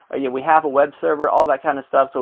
yeah we have a web server, all that kind of stuff, so